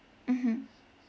mmhmm